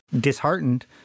disheartened